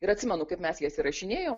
ir atsimenu kaip mes jas įrašinėjom